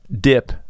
dip